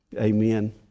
Amen